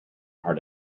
heart